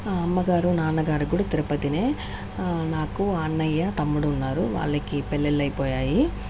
అమ్మగారు నాన్నగారు కూడా తిరుపతినే నాకు అన్నయ్య తమ్ముడు ఉన్నారు వాళ్ళకి పెళ్లిళ్లు అయిపోయాయి